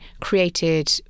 created